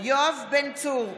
יואב בן צור,